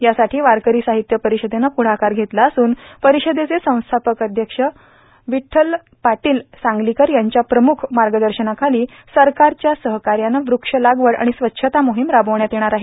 यासाठी वारकरी साहित्य परिषदेनं प्रदाकार घेतला असून परिषदेचे संस्थापक अध्यक्ष विठ्ठल पाटील सांगलीकर यांच्या प्रमुख मार्गदर्शनाखाली सरकारच्या सहकार्यानं वृक्ष लागवड आणि स्वच्छता मोहीम राबविण्यात येणार आहे